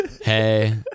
Hey